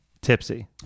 Tipsy